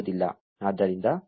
ಆದ್ದರಿಂದ ಈ ಸಂದರ್ಭದಲ್ಲಿ ಆವೃತ್ತಿ 2